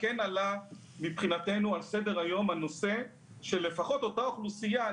עלה על סדר-היום הנושא שלפחות אותה אוכלוסייה,